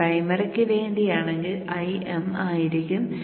ഇത് പ്രൈമറിക്ക് വേണ്ടിയാണെങ്കിൽ Im ആയിരിക്കും